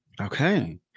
okay